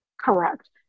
Correct